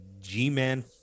G-Man